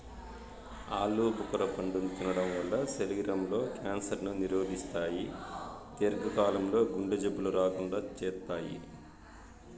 ఆలు భుఖర పండును తినడం వల్ల శరీరం లో క్యాన్సర్ ను నిరోధిస్తాయి, దీర్ఘ కాలం లో గుండె జబ్బులు రాకుండా చేత్తాయి